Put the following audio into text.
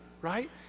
right